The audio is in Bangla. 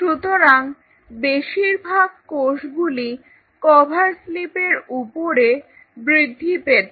সুতরাং বেশিরভাগ কোষগুলি কভার স্লিপ এর উপরে বৃদ্ধি পেত